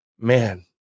Man